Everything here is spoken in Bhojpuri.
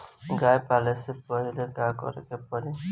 गया पाले से पहिले का करे के पारी?